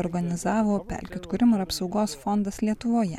organizavo pelkių atkūrimo ir apsaugos fondas lietuvoje